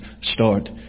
start